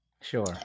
Sure